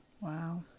Wow